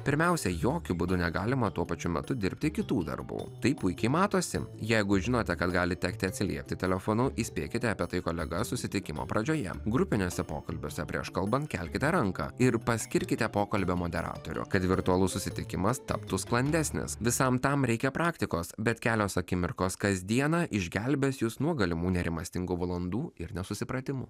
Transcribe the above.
pirmiausia jokiu būdu negalima tuo pačiu metu dirbti kitų darbų tai puikiai matosi jeigu žinote kad gali tekti atsiliepti telefonu įspėkite apie tai kolegas susitikimo pradžioje grupiniuose pokalbiuose prieš kalbant kelkite ranką ir paskirkite pokalbio moderatorių kad virtualus susitikimas taptų sklandesnės visam tam reikia praktikos bet kelios akimirkos kasdieną išgelbės jus nuo galimų nerimastingų valandų ir nesusipratimų